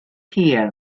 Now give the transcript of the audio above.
hir